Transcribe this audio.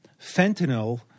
Fentanyl